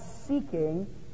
seeking